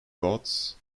goths